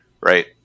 right